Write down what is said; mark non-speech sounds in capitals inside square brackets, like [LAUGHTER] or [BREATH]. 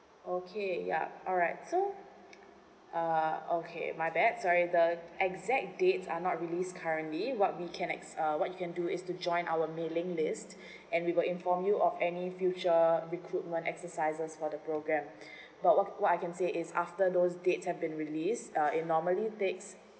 okay ya alright so uh okay my bad sorry the exact dates are not release currently what we can ex~ uh what you can do is to join our mailing list and we will inform you of any future recruitment exercises for the program [BREATH] but what what I can say is after those dates have been release uh it normally takes